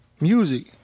music